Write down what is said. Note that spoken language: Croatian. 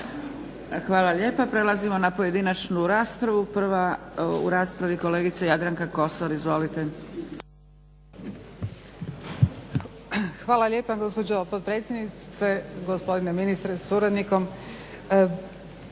Hvala lijepa. Prelazimo na pojedinačnu raspravu. Prva u raspravi kolegica Jadranka Kosor. Izvolite. **Kosor, Jadranka (HDZ)** Hvala gospođo potpredsjednice, gospodine ministre sa suradnikom.